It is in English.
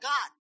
God